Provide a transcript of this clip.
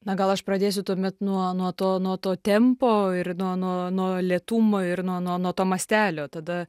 na gal aš pradėsiu tuomet nuo nuo to nuo to tempo ir nuo nuo nuo lėtumo ir nuo nuo nuo to mastelio tada